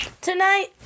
tonight